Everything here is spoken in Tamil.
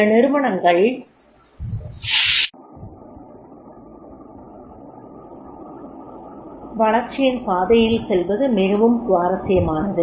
சில நிறுவனங்கள் வளர்ச்சியின் பாதையில் செல்வது மிகவும் சுவாரஸ்யமானது